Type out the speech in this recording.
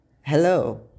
hello